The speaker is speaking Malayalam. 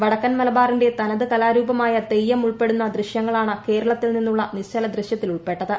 വടക്കൻ മലബാറിന്റെ തനത് കലാരൂപമായ തെയ്യമുൾപ്പെടുന്ന ദൃശ്യങ്ങളാണ് കേരളത്തിൽ നിന്നുള്ള നിശ്ചല ദൃശ്യത്തിലുൾപ്പെട്ടത്